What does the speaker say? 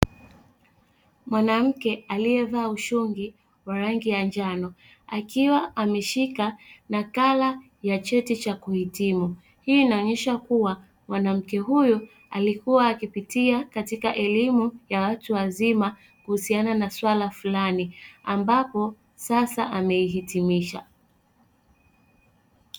Mwanamke aliyavaa ushungi wa rangi ya njano, akiwa ameshika nakala ya cheti cha kuhitimu. Hii inaonyesha kuwa mwanamke huyu alikuwa akipitia katika elimu ya watu wazima, kuhusiana na suala fulani ambapo sasa ameihitimisha.